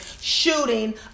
shooting